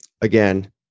again